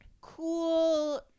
cool